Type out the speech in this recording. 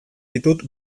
ditut